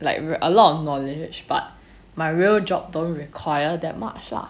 like a lot of knowledge but my real job don't require that much lah